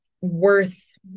worth